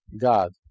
God